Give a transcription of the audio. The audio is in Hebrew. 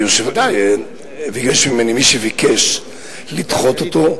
ביקש ממני מי שביקש לדחות אותו,